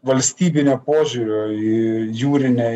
valstybinio požiūrio į jūrinę